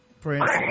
Prince